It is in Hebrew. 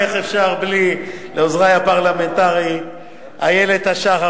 איך אפשר בלי עוזרי הפרלמנטריים איילת השחר,